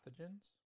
pathogens